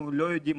אנחנו לא יודעים.